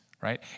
right